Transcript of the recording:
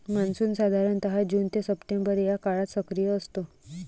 monsoon साधारणतः June ते September या काळात सक्रिय असतो